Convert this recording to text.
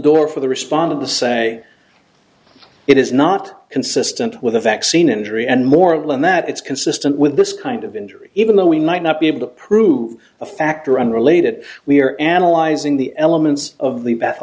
door for the response of the say it is not consistent with a vaccine injury and moral and that it's consistent with this kind of injury even though we might not be able to prove a factor unrelated we're analyzing the elements of the bath a